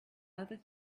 other